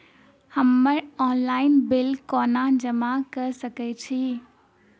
हम्मर online bill कोना जमा कऽ सकय छी?